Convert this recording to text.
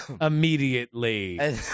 immediately